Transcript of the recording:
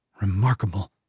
Remarkable